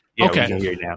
Okay